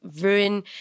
ruin